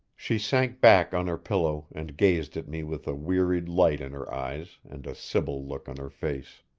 she sank back on her pillow and gazed at me with a wearied light in her eyes and a sibyl look on her face.